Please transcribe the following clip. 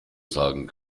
sagen